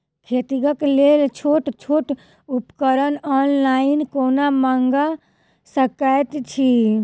खेतीक लेल छोट छोट उपकरण ऑनलाइन कोना मंगा सकैत छी?